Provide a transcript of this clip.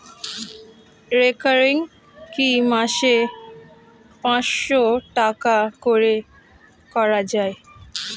Recurring কি মাসে পাঁচশ টাকা করে করা যায়?